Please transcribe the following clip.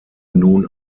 nun